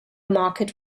market